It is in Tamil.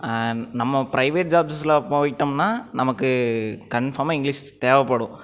நம்ம ப்ரைவேட் ஜாப்ஸ்சில் போய்விட்டோம்னா நமக்கு கன்ஃபார்மாக இங்கிலீஷ் தேவைப்படும்